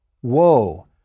Whoa